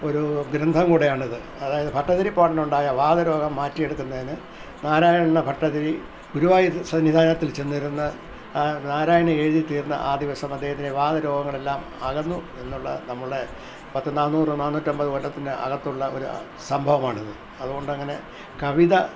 ഒരു ഗ്രന്ഥം കൂടിയാണിത് അതായത് ഭട്ടതിരിപ്പാടിന് ഉണ്ടായ വാതരോഗം മാറ്റിയെടുക്കുന്നതിന് നാരയണ ഭട്ടതിരി ഗുരുവായൂർ സന്നിധാനത്തിൽ ചെന്നിരുന്ന് നാരായണീയം എഴുതി തീർന്ന ആ ദിവസം അദ്ദേഹത്തിന് വാതരോഗങ്ങൾ എല്ലാം അകന്നു എന്നുള്ള നമ്മുടെ പത്ത് നാനൂറ് നാനൂറ്റമ്പത് കൊല്ലത്തിൻ്റെ അകത്തുള്ള ഒരു സംഭവമാണിത് അതുകൊണ്ട് അങ്ങനെ കവിത